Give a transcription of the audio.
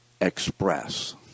express